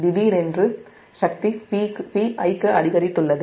திடீரென்று சக்தி Pi க்கு அதிகரித்துள்ளது